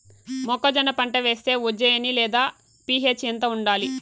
మొక్కజొన్న పంట వేస్తే ఉజ్జయని లేదా పి.హెచ్ ఎంత ఉండాలి?